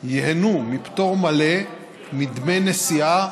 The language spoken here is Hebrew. ייהנו מפטור מלא מדמי נסיעה